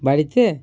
বাড়িতে